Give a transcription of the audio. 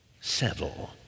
settle